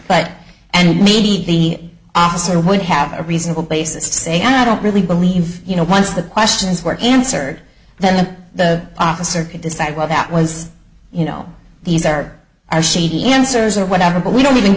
but and maybe the officer would have a reasonable basis to say i don't really believe you know once the questions were answered that the officer could decide well that was you know these are as shady answers or whatever but we don't even